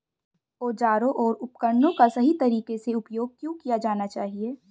औजारों और उपकरणों का सही तरीके से उपयोग क्यों किया जाना चाहिए?